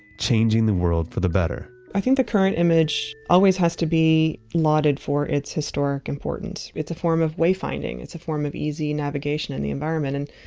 changing the world for the better. i think the current image always has to be lauded for its historic importance. it's a form of wayfinding, it's a form of easy navigation in the environment and,